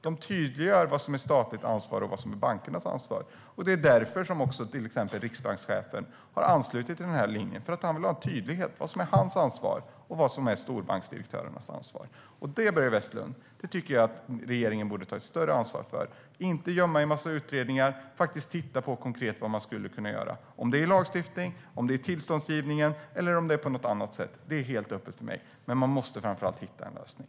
De tydliggör vad som är statligt ansvar och vad som är bankernas ansvar. Till exempel riksbankschefen har anslutit till den här linjen för att han vill ha en tydlighet när det gäller vad som är hans ansvar och vad som är storbanksdirektörernas ansvar. Det, Börje Vestlund, tycker jag att regeringen borde ta ett större ansvar för och inte gömma i en massa utredningar i stället för att faktiskt titta på vad man skulle kunna göra konkret. Det är helt öppet för mig om det är lagstiftning, tillståndsgivning eller något annat sätt, men man måste framför allt hitta en lösning.